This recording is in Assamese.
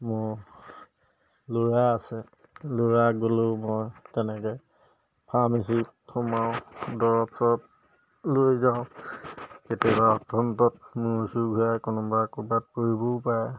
মোৰ ল'ৰা আছে ল'ৰা গ'লেও মই তেনেকৈ ফাৰ্মেচীত সোমাওঁ দৰব চৰব লৈ যাওঁ কেতিয়াবা মোৰ চোৰ ঘূৰাই কোনোবা ক'ৰবাত পৰিবও পাৰে